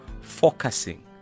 focusing